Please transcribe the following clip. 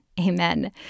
Amen